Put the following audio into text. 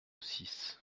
six